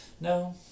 No